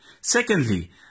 Secondly